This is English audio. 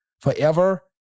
forever